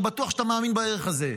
ואני בטוח שאתה מאמין בערך הזה.